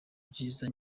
byiza